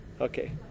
okay